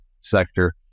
sector